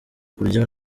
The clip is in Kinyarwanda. kurya